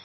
er